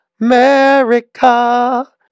America